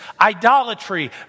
idolatry